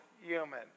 human